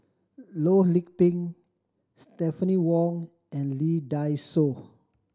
Loh Lik Peng Stephanie Wong and Lee Dai Soh